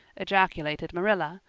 ejaculated marilla,